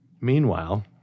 Meanwhile